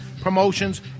promotions